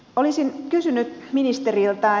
olisin kysynyt ministeriltä